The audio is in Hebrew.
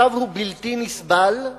המצב הוא בלתי נסבל,